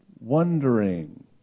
wondering